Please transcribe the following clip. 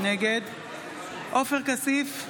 נגד עופר כסיף,